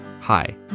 Hi